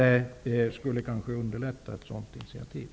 Det skulle kanske underlätta med ett sådant initiativ.